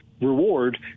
reward